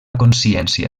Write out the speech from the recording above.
consciència